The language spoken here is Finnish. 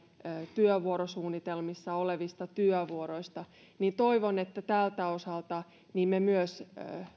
työvuorosuunnitelmissa olevista työvuoroista niin toivon että tältä osalta me myös